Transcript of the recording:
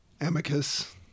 Amicus